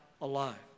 alive